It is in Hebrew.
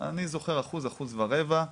אני זוכר אחוז אחוז ורבע,